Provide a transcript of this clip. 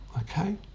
okay